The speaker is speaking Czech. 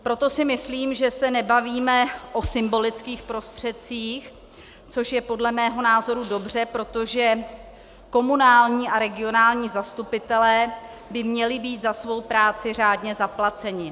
Proto si myslím, že se nebavíme o symbolických prostředcích, což je podle mého názoru dobře, protože komunální a regionální zastupitelé by měli být za svou práci řádně zaplaceni.